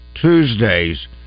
Tuesdays